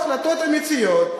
עזוב אותך,